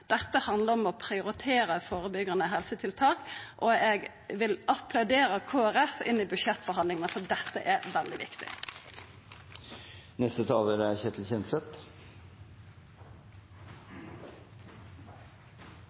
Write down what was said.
Dette handlar om å prioritera førebyggjande helsetiltak, og eg vil applaudera Kristeleg Folkeparti inn i budsjettforhandlingane, for dette er veldig viktig.